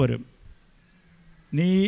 ni